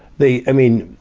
they, i mean.